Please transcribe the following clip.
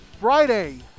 Friday